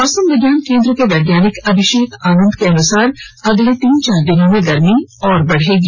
मौसम विज्ञान केन्द्र के वैज्ञानिक अभिषेक आनंद के अनुसार अगले तीन चार दिनों में गर्मी और बढ़ेगी